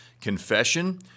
Confession